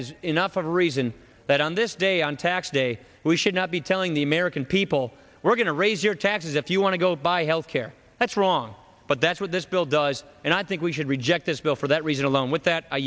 of a reason that on this day on tax day we should not be telling the american people we're going to raise your taxes if you want to go buy health care that's wrong but that's what this bill does and i think we should reject this bill for that reason alone with that i